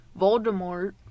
voldemort